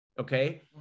okay